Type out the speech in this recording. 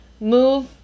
move